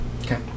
Okay